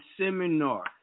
seminar